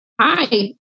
Hi